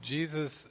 Jesus